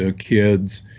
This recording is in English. ah kids.